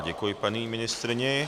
Děkuji paní ministryni.